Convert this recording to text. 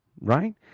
right